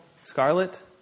scarlet